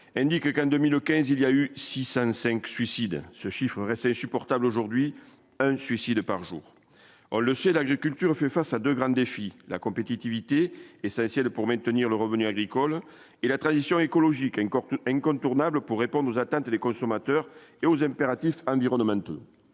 indique qu'en 2015, il y a eu 605 suicides, ce chiffre est resté supportable aujourd'hui un suicide par jour, on le sait, l'agriculture fait face à de grands défis, la compétitivité et ça essayer pour maintenir le revenu agricole et la transition écologique encore plus incontournable pour répondre aux attentes et les consommateurs et aux impératifs environnementaux.